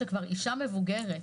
שהיא כבר אישה מבוגרת